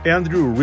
Andrew